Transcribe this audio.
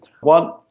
one